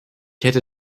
hätte